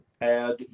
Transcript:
add